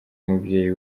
umubyeyi